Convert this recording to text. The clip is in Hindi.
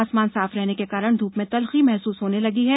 आसमान साफ रहने के कारण धूप में तल्खी महसूस होने लगी है